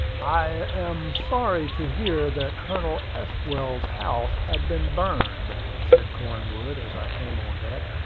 i am sorry to hear that colonel estwell's house has been burned, said cornwood, as i came on deck.